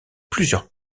plusieurs